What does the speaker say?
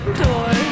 door